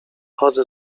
chodzę